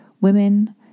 women